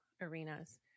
arenas